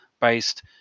based